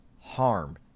harm